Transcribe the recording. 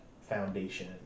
foundation